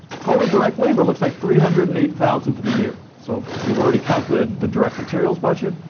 total direct labor looks like three hundred and eight thousand for the year. so we've already calculated the direct materials budget.